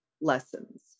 lessons